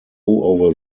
over